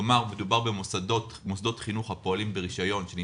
כלומר: מדובר במוסדות חינוך הפועלים ברישיון ממנכ"ל משרד החינוך,